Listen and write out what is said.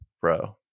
bro